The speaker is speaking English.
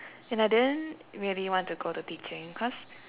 and I didn't really want to go to teaching cause